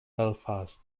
belfast